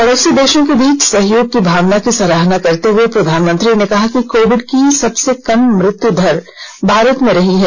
पडोसी देशों के बीच सहयोग की भावना की सराहना करते हुए प्रधानमंत्री ने कहा कि कोविड की सबसे कम मृत्यु दर भारत में रही है